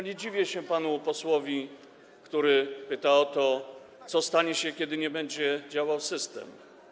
Nie dziwię się panu posłowi, który pyta o to, co stanie się, kiedy nie będzie działał system.